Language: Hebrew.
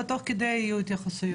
ותוך כדי יהיו התייחסויות.